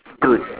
dude